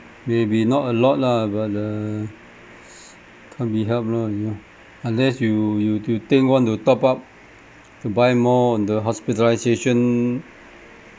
maybe not a lot lah but uh can't be helped lor you know unless you you you think want to top up to buy more on the hospitalisation